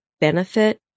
benefit